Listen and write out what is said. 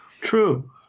True